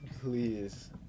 Please